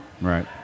Right